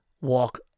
walk